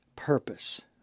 purpose